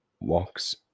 walks